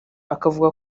akavuga